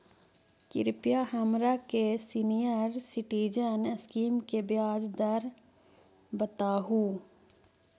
कृपा हमरा के सीनियर सिटीजन स्कीम के ब्याज दर बतावहुं